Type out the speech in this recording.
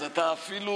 אז אתה אפילו